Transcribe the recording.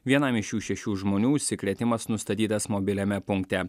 vienam iš šių šešių žmonių užsikrėtimas nustatytas mobiliame punkte